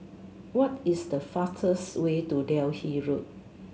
what is the fastest way to Delhi Road